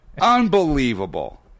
unbelievable